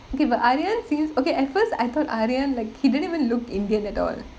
okay but I didn't think okay at first I thought aryan like he didn't even look indian at all